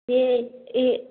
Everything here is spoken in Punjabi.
ਅਤੇ ਇਹ